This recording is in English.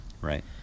right